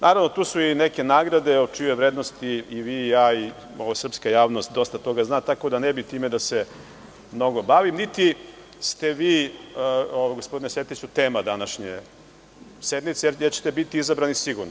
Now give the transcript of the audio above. Naravno, tu su i neke nagrade o čijoj vrednosti i vi i ja i srpska javnost dosta toga zna, tako da ne bih time da se mnogo bavim, niti ste vi, gospodine Sertiću, tema današnje sednice, jer ćete biti izabrani sigurno.